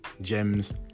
gems